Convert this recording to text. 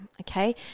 Okay